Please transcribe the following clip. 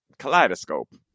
kaleidoscope